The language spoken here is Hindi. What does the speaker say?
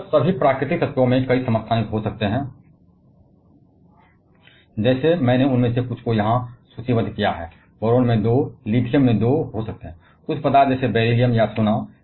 अधिकतर सभी प्राकृतिक तत्वों में कई समस्थानिक हो सकते हैं जैसे मैंने उनमें से कुछ को यहां सूचीबद्ध किया है बोरान में 2 लिथियम हो सकते हैं 2 कुछ पदार्थ जैसे बेरिलियम या सोना